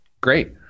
Great